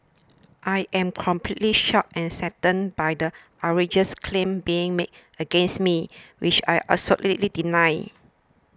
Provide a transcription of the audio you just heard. I'm completely shocked and saddened by the outrageous claims being made against me which I absolutely deny